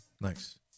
Nice